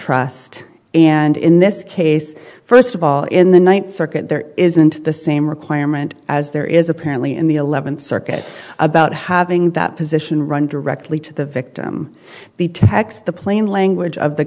trust and in this case first of all in the ninth circuit there isn't the same requirement as there is apparently in the eleventh circuit about having that position run directly to the victim the text the plain language of the